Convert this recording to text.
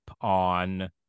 on